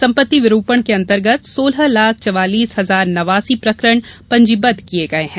सम्पत्ति विरूपण के अन्तर्गत सोलह लाख चवालीस हजार नवासी प्रकरण पंजीबद्ध किये गये हैं